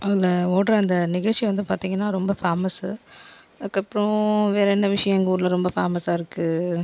அதில் ஓடுகிற அந்த நிகழ்ச்சி வந்து பார்த்தீங்கன்னா ரொம்ப ஃபேமஸு அதற்கப்றோம் வேறு என்ன விஷயம் எங்கள் ஊரில் ரொம்ப ஃபேமஸாக இருக்கு